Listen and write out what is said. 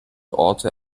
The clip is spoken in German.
orte